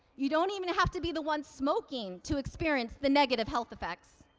you don't even have to be the one smoking to experience the negative health effects.